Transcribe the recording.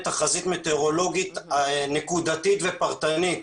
תחזית מטאורולוגית נקודתית ופרטנית